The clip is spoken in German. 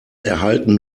erhalten